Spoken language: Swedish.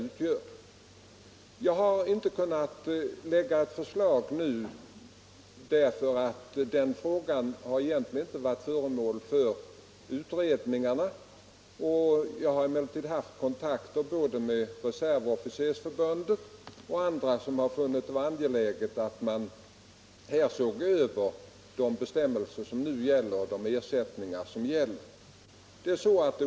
165 Jag har inte nu kunnat framlägga ett förslag, eftersom frågan egentligen inte varit föremål för utredning. Jag har emellertid haft kontakter både med Reservofficersförbundet och med andra som funnit det angeläget att man ser över de ersättningsbestämmelser som gäller.